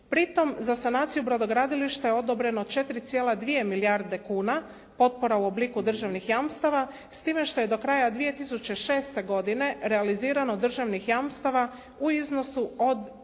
Pritom za sanaciju brodogradilišta je odobreno 4,2 milijarde kuna potpora u obliku državnih jamstava s time što je do kraja 2006. godine realizirano državnih jamstava u iznosu od